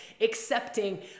accepting